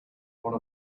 one